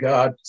God